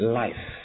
life